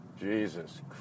Jesus